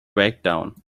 breakdown